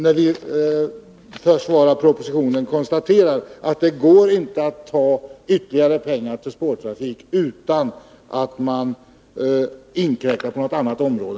När vi försvarar propositionen, konstaterar vi att det inte går att inom de givna ramarna ge ytterligare pengar till den spårbundna trafiken utan att inkräkta på något annat område.